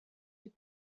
den